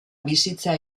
bizitza